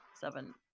seven